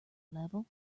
level